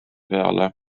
peale